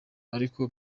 ariko